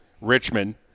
Richmond